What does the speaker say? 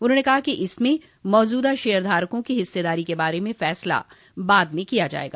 उन्होंने कहा कि इसमें मौजूदा शेयर धारकों की हिस्सेदारी के बारे में फैसला बाद में किया जाएगा